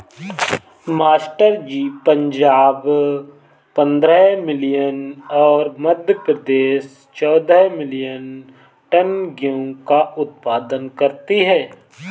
master ji Punjab पंद्रह million और मध्य प्रदेश चौदह मिलीयन टन गेहूं का उत्पादन करती है